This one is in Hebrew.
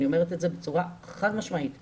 אני אומרת את זה בצורה חד משמעית וברורה,